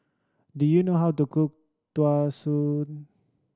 do you know how to cook Tau Suan